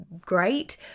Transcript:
great